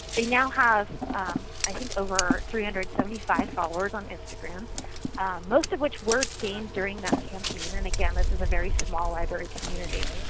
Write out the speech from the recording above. they now have i think over three hundred and seventy five followers on instagram most of which were gained during that campaign. and again, this is a very small library community.